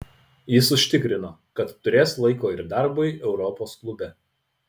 jis užtikrino kad turės laiko ir darbui europos klube